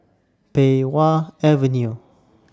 Pei Wah Avenue